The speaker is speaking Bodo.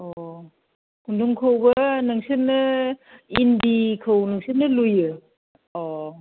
औ औ खुन्दुंखौबो नोंसोरनो इन्दिखौ नोंसोरनो लुयो अ